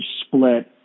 split